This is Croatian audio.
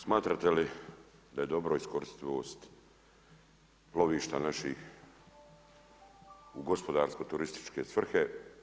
Smatrate li da je dobro iskoristiti lovišta naših u gospodarsko-turističke svrhe.